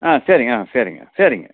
ஆ சரிங்க ஆ சரிங்க சரிங்க